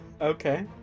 Okay